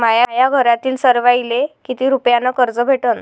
माह्या घरातील सर्वाले किती रुप्यान कर्ज भेटन?